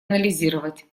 анализировать